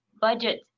budget